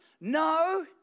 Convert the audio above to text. No